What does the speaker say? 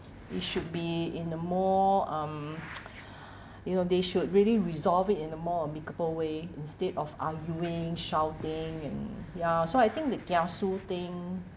it should be in a more um you know they should really resolve it in a more amicable way instead of arguing shouting and ya so I think the kiasu thing